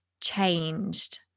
changed